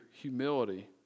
humility